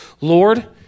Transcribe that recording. Lord